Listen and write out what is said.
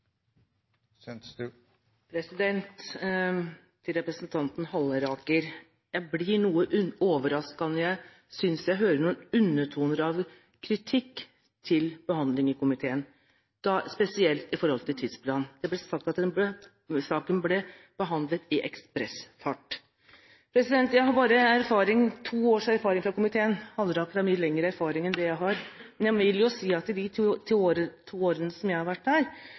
Til representanten Halleraker: Jeg blir noe overrasket når jeg synes jeg hører noen undertoner av kritikk av behandlingen i komiteen, spesielt når det gjelder tidsplanen. Det ble sagt at saken ble behandlet i ekspressfart. Jeg har bare to års erfaring fra komiteen. Halleraker har mye lengre erfaring enn det jeg har. Men jeg vil si at fra det jeg har erfart de to årene jeg har vært der,